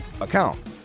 account